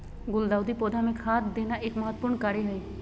गुलदाऊदी पौधा मे खाद देना एक महत्वपूर्ण कार्य हई